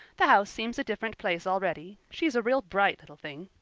the house seems a different place already. she's a real bright little thing.